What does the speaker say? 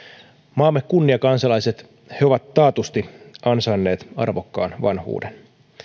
maamme kunniakansalaiset ovat taatusti ansainneet arvokkaan vanhuuden